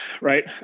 right